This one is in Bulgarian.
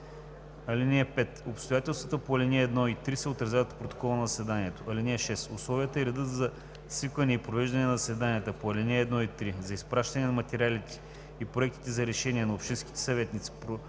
3. (5) Обстоятелствата по ал. 1 и 3 се отразяват в протокола от заседанието. (6) Условията и редът за свикване и провеждане на заседанията по ал. 1 и 3, за изпращане на материалите и проектите за решения на общинските съветници,